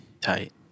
Tight